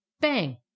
Bang